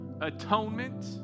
atonement